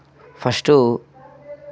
first